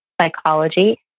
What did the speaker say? psychology